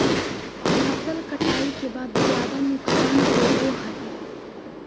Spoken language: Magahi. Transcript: फसल कटाई के बाद ज्यादा नुकसान होबो हइ